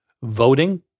Voting